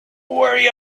worry